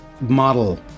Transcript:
model